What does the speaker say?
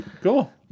Cool